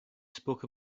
spoke